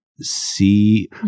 see